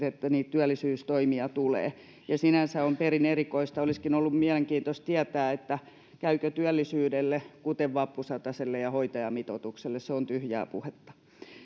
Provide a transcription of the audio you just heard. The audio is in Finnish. että niitä työllisyystoimia tulee ja sinänsä tämä on perin erikoista olisikin ollut mielenkiintoista tietää käykö työllisyydelle kuten vappusataselle ja hoitajamitoitukselle että se on tyhjää puhetta